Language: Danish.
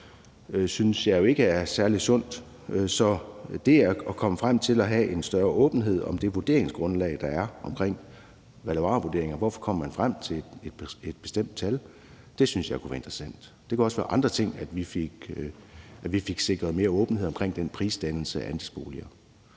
synes, det kunne være interessant at komme frem til at have en større åbenhed om det vurderingsgrundlag, der er omkring valuarvurderinger, og hvorfor man kommer frem til et bestemt tal. Det kunne også være andre ting, f.eks. at vi fik sikret mere åbenhed omkring prisdannelsen på andelsboliger.